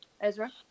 Ezra